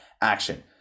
action